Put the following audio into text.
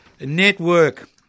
network